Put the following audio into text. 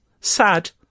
Sad